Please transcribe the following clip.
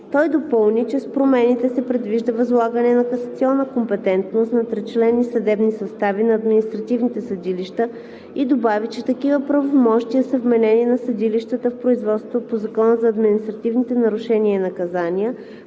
Той допълни, че с промените се предвижда възлагане на касационна компетентност на тричленни съдебни състави на административните съдилища и добави, че такива правомощия са вменени на съдилищата в производствата по Закона за административните нарушения и наказания,